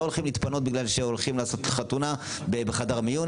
לא הולכים להתפנות בגלל שהולכים לעשות חתונה בחדר מיון,